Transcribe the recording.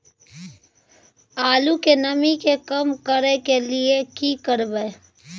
आलू के नमी के कम करय के लिये की करबै?